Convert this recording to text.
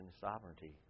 sovereignty